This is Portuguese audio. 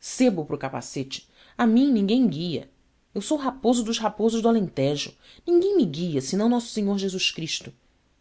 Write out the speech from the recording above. sebo para o capacete a mim ninguém me guia eu sou raposo dos raposos do alentejo ninguém me guia senão nosso senhor jesus cristo